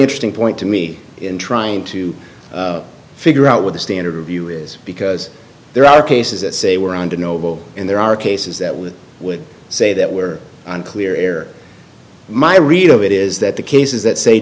interesting point to me in trying to figure out what the standard view is because there are cases that say we're under noble and there are cases that we would say that were unclear my read of it is that the cases that say